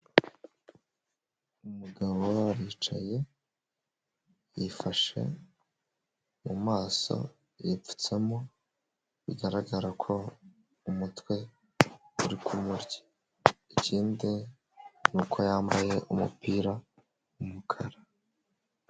Umugabo aricaye yifashe mu maso yipfutsamo bigaragara ko umutwe uri kumurya, ikindi nuko yambaye umupira w'umukara.